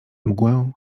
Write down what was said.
mgłę